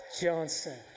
Johnson